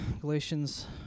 Galatians